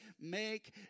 make